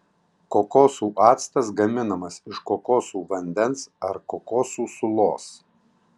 kokosų actas gaminamas iš kokosų vandens ar kokosų sulos